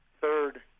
Third